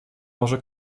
może